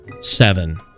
seven